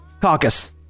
caucus